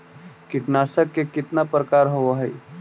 कीटनाशक के कितना प्रकार होव हइ?